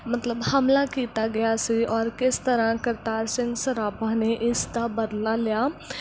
ਮਤਲਬ ਹਮਲਾ ਕੀਤਾ ਗਿਆ ਸੀ ਔਰ ਕਿਸ ਤਰ੍ਹਾਂ ਕਰਤਾਰ ਸਿੰਘ ਸਰਾਭਾ ਨੇ ਇਸ ਦਾ ਬਦਲਾ ਲਿਆ